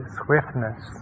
swiftness